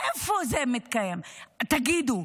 איפה זה מתקיים, תגידו?